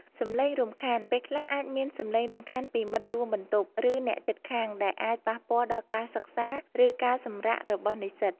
សំឡេងរំខាន ពេលខ្លះអាចមានសំឡេងរំខានពីមិត្តរួមបន្ទប់ ឬអ្នកជិតខាង ដែលអាចប៉ះពាល់ដល់ការសិក្សា ឬការសម្រាករបស់និស្សិត។